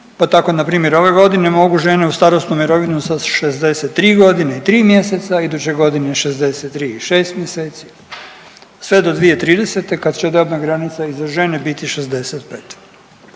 pa tako na primjer ove godine mogu žene u starosnu mirovinu sa 63 godine i 3 mjeseca, iduće godine 63 godine i 6 mjeseci sve do 2030. kad će dobna granica i za žene biti 65.